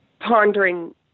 pondering